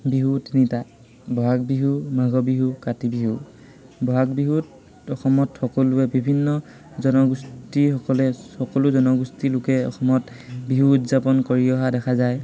বিহু তিনিটা বহাগ বিহু মাঘৰ বিহু কাতি বিহু বহাগ বিহুত অসমত সকলোৱে বিভিন্ন জনগোষ্ঠীসকলে সকলো জনগোষ্ঠী লোকে অসমত বিহু উদযাপন কৰি অহা দেখা যায়